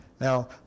Now